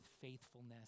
faithfulness